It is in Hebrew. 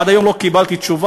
עד היום לא קיבלתי תשובה,